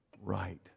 right